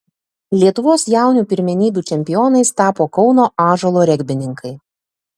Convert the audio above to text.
lietuvos jaunių pirmenybių čempionais tapo kauno ąžuolo regbininkai